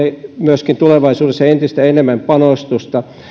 myöskin tulevaisuudessa entistä enemmän panostusta